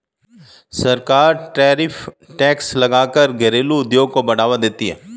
सरकार tariff tax लगा कर घरेलु उद्योग को बढ़ावा देती है